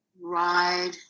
ride